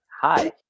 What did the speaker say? Hi